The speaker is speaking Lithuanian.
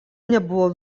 nebuvo